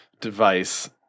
device